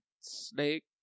snake